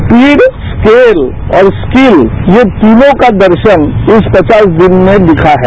speed scale और skill ये तीनों का दर्शन इस पचास दिन में दिखा है